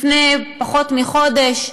לפני פחות מחודש,